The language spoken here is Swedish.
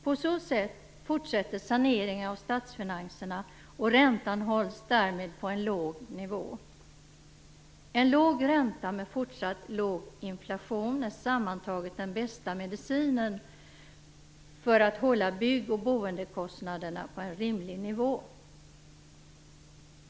På så sätt fortsätter saneringen av statsfinanserna, och räntan hålls därmed på en låg nivå. En låg ränta med fortsatt låg inflation är sammantaget den bästa medicinen för att hålla bygg och boendekostnaderna på en rimlig nivå.